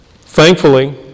Thankfully